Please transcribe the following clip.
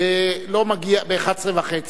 ב-11:30,